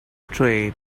train